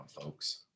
folks